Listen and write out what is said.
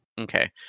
Okay